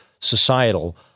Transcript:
societal